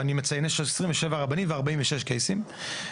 יש 27 רבנים ו-46 קייסים.